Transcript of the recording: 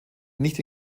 nicht